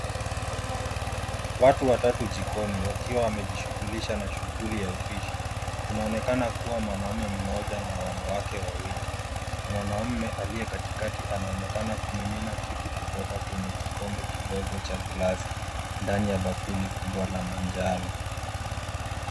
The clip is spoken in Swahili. Watu watatu jikoni wakiwa wamejishughulisha na shughuli ya upishi. Inaonekana kuwa mwanaume mmoja na wanawake wawili. Mwanaume aliye katikati anaonekana kumimina kitu kutoka kwenye kikombe kidogo cha glasi ndani ya bakuli kubwa la manjano.